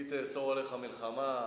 כי תאסור עליך מלחמה,